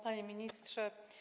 Panie Ministrze!